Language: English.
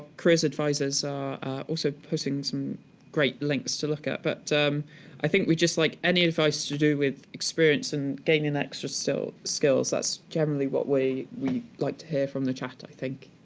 careers advisors are also posting some great links to look at. but i think we'd just like any advice to do with experience and gaining extra so skills, that's generally what we we like to hear from the chat, i think.